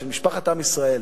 של משפחת עם ישראל.